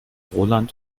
ronald